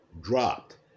dropped